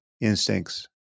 instincts